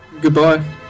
Goodbye